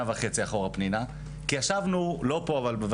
למה שנה וחצי אחורה, פנינה?